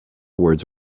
words